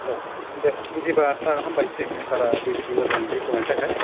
औ दे बिदिबा सार हामबायसै सारा बेबायदि मोजां बेखेवनायनि थाखाय